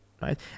right